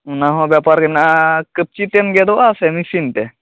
ᱚᱱᱟ ᱦᱚᱸ ᱵᱮᱯᱟᱨ ᱦᱮᱱᱟᱜᱼᱟ ᱠᱟᱹᱯᱪᱤ ᱛᱮᱢ ᱜᱮᱫᱚᱜᱼᱟ ᱥᱮ ᱢᱮᱥᱤᱱ ᱛᱮ